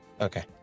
Okay